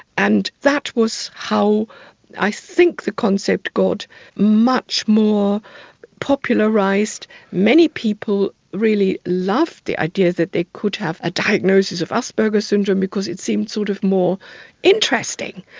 and that was how i think the concept got much more popularised. many people really loved the idea that they could have a diagnosis of asperger's syndrome, because it seemed sort of more interesting,